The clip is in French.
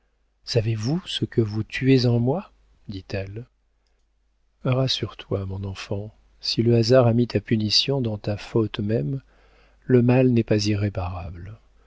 savez-vous ce que vous tuez en moi dit-elle rassure-toi mon enfant si le hasard a mis ta punition dans ta faute même le mal n'est pas irréparable